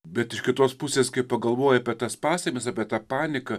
bet iš kitos pusės kai pagalvoji apie tas pastabas apie tą paniką